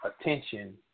attention